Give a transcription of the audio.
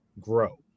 grow